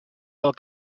del